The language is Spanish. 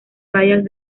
bayas